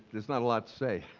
there's not a lot to say.